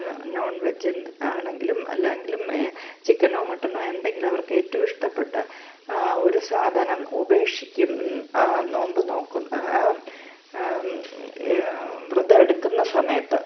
non-veg എന്ത് ആണെങ്കിലും അല്ലായെങ്കിലും ചിക്കാനോ മട്ടനോ എന്തെങ്കിലും അവർക്ക് ഏറ്റവും ഇഷ്ടപ്പെട്ട ഒരു സാധനം ഉപേക്ഷിക്കും ആ നോമ്പ് നോക്കുന്ന വ്രതം എടുക്കുന്ന സമയത്ത്